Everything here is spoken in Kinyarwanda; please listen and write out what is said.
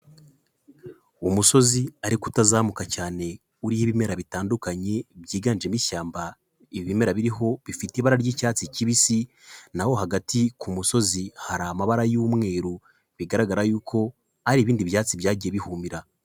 Umusozi ariko utazamuka cyane uriho ibimera bitandukanye byiganjemo ishyamba, ibimera biriho bifite ibara ry'icyatsi kibisi naho hagati ku musozi hari amabara y'umweru bigaragara yuko hari ibindi byatsi byagiye bihumira.